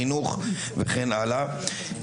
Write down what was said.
בחינוך וכן הלאה.